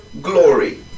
glory